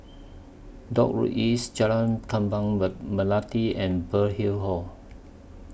Dock Road East Jalan Kembang Me Melati and Burkill Hall